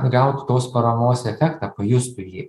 gautų tos paramos efektą pajustų jį